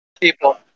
people